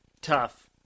tough